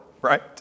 right